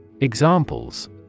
Examples